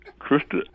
Krista